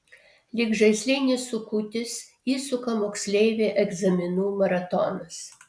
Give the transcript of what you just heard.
lyg žaislinis sukutis įsuka moksleivį egzaminų maratonas